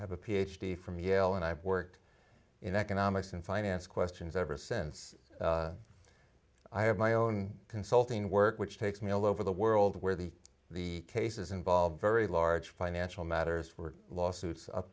have a ph d from yale and i've worked in economics and finance questions ever since i have my own consulting work which takes me all over the world where the the cases involve very large financial matters for lawsuits up